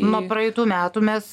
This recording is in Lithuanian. nuo praeitų metų mes